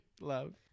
Love